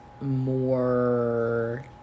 more